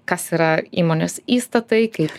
kas yra įmonės įstatai kaip